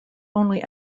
only